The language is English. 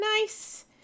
nice